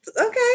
Okay